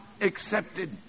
accepted